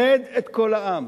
אחד את כל העם,